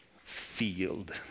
field